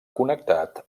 connectat